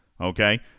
Okay